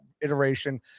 iteration